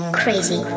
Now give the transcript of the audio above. crazy